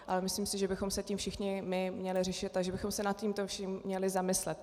Ale myslím si, že bychom se tím všichni my měli řešit a že bychom se nad tím vším měli zamyslet.